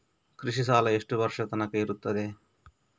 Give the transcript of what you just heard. ಕೃಷಿ ಸಾಲ ಎಷ್ಟು ವರ್ಷ ತನಕ ಇರುತ್ತದೆ?